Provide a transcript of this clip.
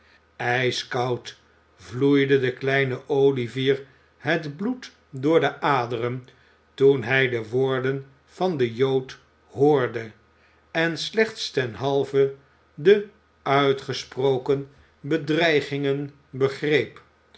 ijskoud vloeide den kleinen olivier het bloed door de aderen toen hij de woorden van den jood hoorde en slechts ten halve de uitgesproken bedreigingen begreep